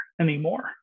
anymore